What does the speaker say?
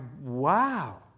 wow